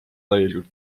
täielikult